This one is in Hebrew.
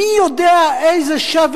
מי יודע לאיזה שבר,